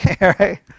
Right